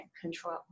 control